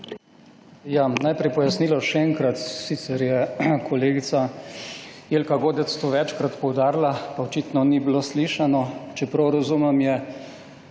Najprej pojasnilo še enkrat, sicer je kolegica Jelka Godec to večkrat poudarila, pa očitno ni bilo slišano. Če prav razumem je